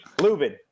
Lubin